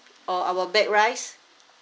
or our baked rice